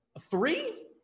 three